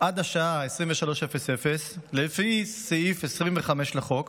עד השעה 23:00 לפי סעיף 25 לחוק